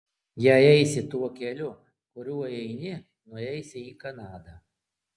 jei eisi tuo keliu kuriuo eini nueisi į kanadą